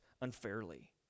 unfairly